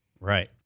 Right